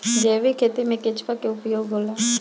जैविक खेती मे केचुआ का उपयोग होला?